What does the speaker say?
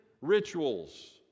rituals